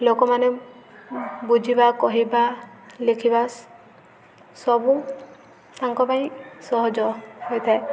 ଲୋକମାନେ ବୁଝିବା କହିବା ଲେଖିବା ସବୁ ତାଙ୍କ ପାଇଁ ସହଜ ହୋଇଥାଏ